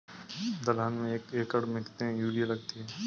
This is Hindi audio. दलहन में एक एकण में कितनी यूरिया लगती है?